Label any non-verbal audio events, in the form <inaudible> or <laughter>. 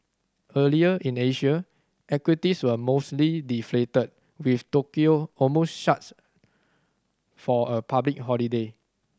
earlier in Asia equities were mostly deflated with Tokyo <unintelligible> shut for a public holiday